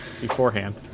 beforehand